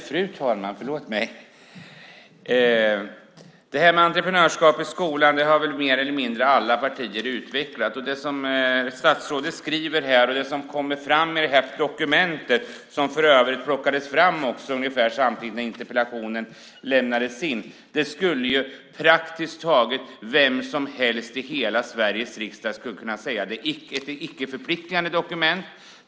Fru talman! Det här med entreprenörskap i skolan har väl mer eller mindre alla partier utvecklat. Det statsrådet säger och som kommer fram i det här dokumentet, som för övrigt plockades fram ungefär samtidigt som interpellationen lämnades in, skulle praktiskt taget vem som helst i hela Sveriges riksdag kunna säga. Det är ett icke-förpliktande dokument.